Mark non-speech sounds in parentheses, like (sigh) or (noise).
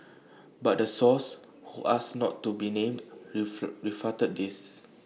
but the source who asked not to be named (unintelligible) refuted this